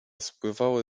spływały